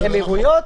אמירויות,